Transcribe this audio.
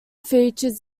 features